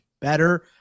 better